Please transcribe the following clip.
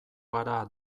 gara